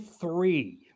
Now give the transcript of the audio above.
three